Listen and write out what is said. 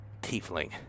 tiefling